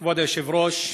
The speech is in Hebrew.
כבוד היושב-ראש,